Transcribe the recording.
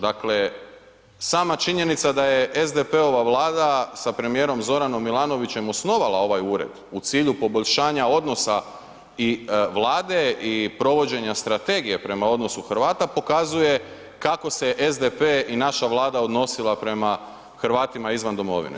Dakle, sama činjenica da je SDP-ova vlada sa premijerom Zoranom Milanovićem osnovala ovaj ured u cilju poboljšavanja odnosa i vlade i provođenja strategije prema odnosu Hrvata pokazuje kako se SDP i naša vlada odnosila prema Hrvatima izvan domovine.